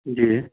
जी